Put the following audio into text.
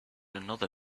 another